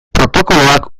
protokoloak